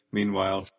meanwhile